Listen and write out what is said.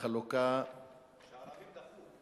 שהערבים דחו.